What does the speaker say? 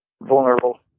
vulnerable